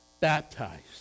baptized